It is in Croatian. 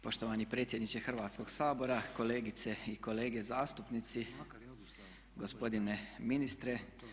Poštovani predsjedniče Hrvatskoga sabora, kolegice i kolege zastupnici, gospodine ministre.